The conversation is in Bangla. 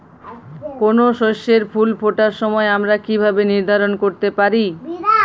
কোনো শস্যের ফুল ফোটার সময় আমরা কীভাবে নির্ধারন করতে পারি?